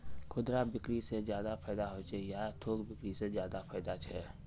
खुदरा बिक्री से ज्यादा फायदा होचे या थोक बिक्री से ज्यादा फायदा छे?